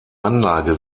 anlage